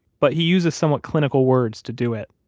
but he uses somewhat clinical words to do it.